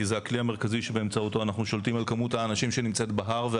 כי זה הכלי המרכזי שבאמצעותו אנחנו שולטים על כמות האנשים שנמצאת בהר,